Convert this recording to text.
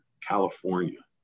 California